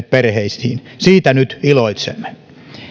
perheisiin siitä nyt iloitsemme